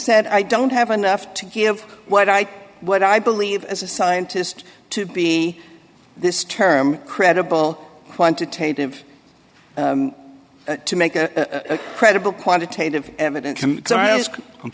said i don't have enough to give what i what i believe as a scientist to be this term credible quantitative to make a credible quantitative eviden